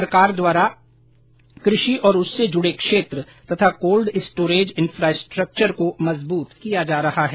सरकार द्वारा कृषि और उससे जुड़े क्षेत्र तथा कोल्ड स्टोरेज इन्फ्रास्ट्राक्चर को मजबूत किया जा रहा है